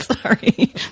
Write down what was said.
Sorry